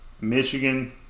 Michigan